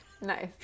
Nice